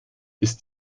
ist